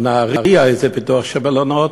או נהריה, איזה פיתוח של מלונות.